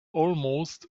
almost